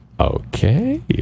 Okay